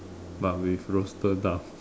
but with roasted duck